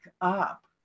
up